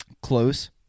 Close